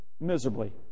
miserably